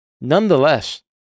Nonetheless